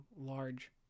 large